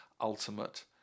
ultimate